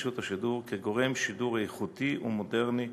רשות השידור כגורם שידור איכותי ומודרני,